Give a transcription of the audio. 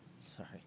sorry